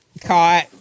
caught